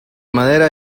madera